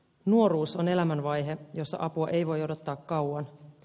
nuoruus on elämänvaihe jossa apua ei voi odottaa kauan